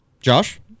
Josh